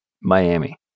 Miami